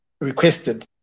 requested